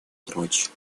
прочь